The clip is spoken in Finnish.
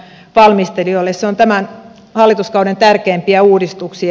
se on tämän hallituskauden tärkeimpiä uudistuksia